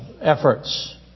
efforts